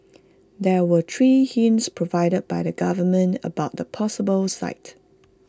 there were three hints provided by the government about the possible site